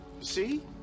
See